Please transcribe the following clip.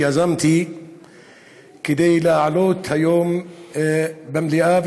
שיזמתי כדי לעלות היום במליאה,